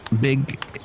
Big